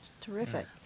Terrific